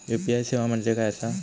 UPI सेवा म्हणजे काय?